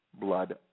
blood